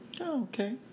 Okay